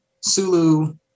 Sulu